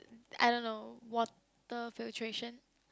I don't know water filtration